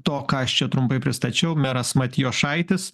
to ką aš čia trumpai pristačiau meras matijošaitis